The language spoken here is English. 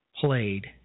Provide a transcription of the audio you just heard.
played